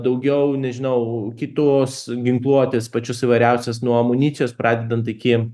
daugiau nežinau kitos ginkluotės pačios įvairiausios nuo amunicijos pradedant iki